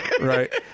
Right